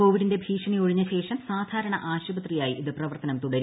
കോവിഡിന്റെ ഭ്രീഷ്ണി ഒഴിഞ്ഞ ശേഷം സാധാരണ ആശുപത്രിയായി പ്രവർത്ത്കും ്തുടരും